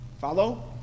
Follow